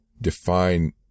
define